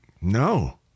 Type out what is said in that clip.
no